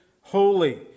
holy